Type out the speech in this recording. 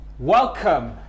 Welcome